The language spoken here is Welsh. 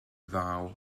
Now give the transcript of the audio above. ddaw